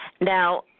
Now